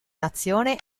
nazione